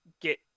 get